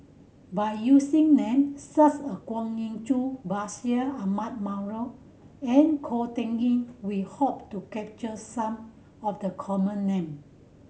by using name such a Kwa Geok Choo Bashir Ahmad Mallal and Ko Teck Kin we hope to capture some of the common name